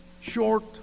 short